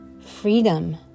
Freedom